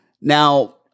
now